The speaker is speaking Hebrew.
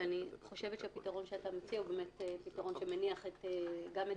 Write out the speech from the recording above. ואני חושבת שהפתרון שאתה מציע הוא באמת פתרון שמניח גם את דעתנו.